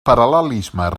paral·lelismes